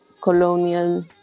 colonial